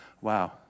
Wow